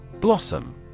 Blossom